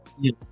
Yes